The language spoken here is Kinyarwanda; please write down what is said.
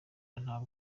ntabwo